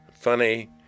funny